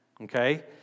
okay